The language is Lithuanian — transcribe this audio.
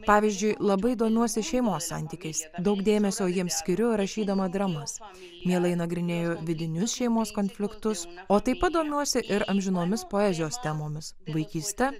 pavyzdžiui labai domiuosi šeimos santykiais daug dėmesio jiems skiriu rašydama dramas mielai nagrinėju vidinius šeimos konfliktus o taip pat domiuosi ir amžinomis poezijos temomis vaikyste